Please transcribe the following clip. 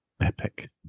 epic